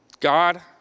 God